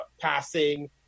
passing